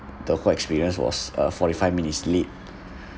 the whole experience was uh forty five minutes late